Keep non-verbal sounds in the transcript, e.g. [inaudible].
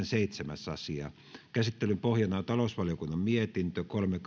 [unintelligible] seitsemäs asia käsittelyn pohjana on talousvaliokunnan mietintö kolme [unintelligible]